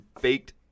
baked